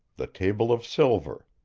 the table of silver.